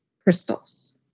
crystals